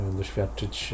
doświadczyć